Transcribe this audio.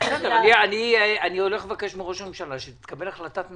אני הולך לבקש מראש הממשלה שתתקבל החלטת ממשלה.